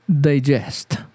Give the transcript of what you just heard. digest